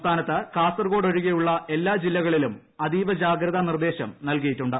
സംസ്ഥാനത്ത് കാസറഗോഡ് ഒഴികെയുള്ള എല്ലാ ജില്ലകളിലും അതീവ ജാഗ്രതാ നിർദ്ദേശം നൽകിയിട്ടുണ്ട്